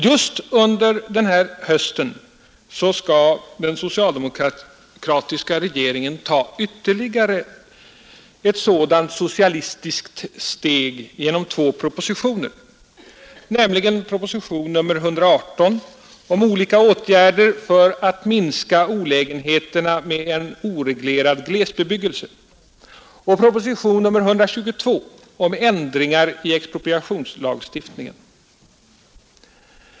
Just under denna höst skall den socialdemokratiska regeringen ta ytterligare ett sådant socialistiskt steg genom två propositioner — nämligen proposition nr 118 om olika åtgärder ”för att minska olägenheterna med en oreglerad glesbebyggelse” och proposition nr 122 om ändringar i expropriationslagstiftningen.